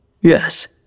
Yes